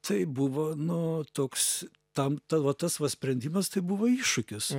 tai buvo nu toks tam ta va tas va sprendimas tai buvo iššūkis